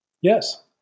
Yes